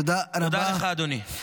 תודה לך, אדוני.